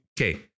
okay